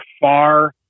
far